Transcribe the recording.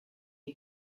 est